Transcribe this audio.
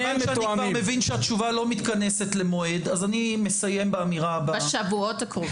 מכיוון שאני כבר מבין שהתשובה לא מתכנסת למועד --- בשבועות הקרובים.